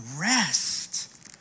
rest